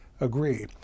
agree